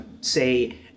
say